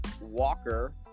Walker